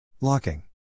Locking